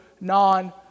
non